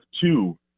two